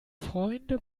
freunde